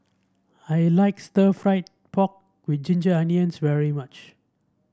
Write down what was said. I like stir fry pork with Ginger Onions very much